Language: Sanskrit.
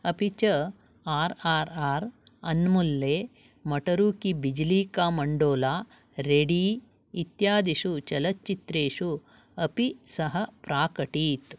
अपि च आर् आर् आर् अन्न्मुल्ले मटरू की बिज्ली का मण्डोला रेडी इत्यादिषु चलच्चित्रेषु अपि सः प्राकटीत्